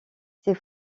ses